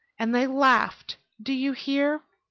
and they laughed! do you hear!